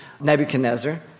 Nebuchadnezzar